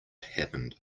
happened